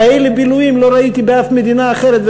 כאלה בילויים לא ראיתי באף מדינה אחרת,